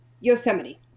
yosemite